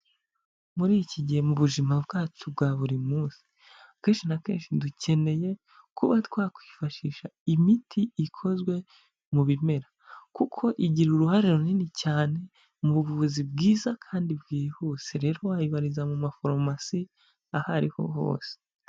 Muri iki gihe mu buzima bwacu bwa buri munsi, kenshi na kenshi dukeneye kuba twakwifashisha imiti ikozwe mu bimera kuko igira uruhare runini cyane, mu buvuzi bwiza kandi bwihuse, rero wayibariza mu maforomasi aho ariho hose.